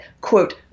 quote